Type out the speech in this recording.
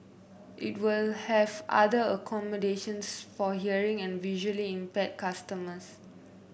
it will have other accommodations for hearing and visually impaired customers